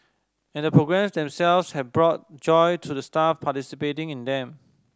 and the programmes themselves have brought joy to the staff participating in them